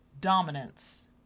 dominance